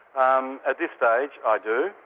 um at this stage i do,